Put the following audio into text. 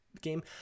game